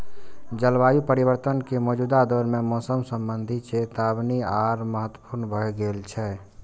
जलवायु परिवर्तन के मौजूदा दौर मे मौसम संबंधी चेतावनी आर महत्वपूर्ण भए गेल छै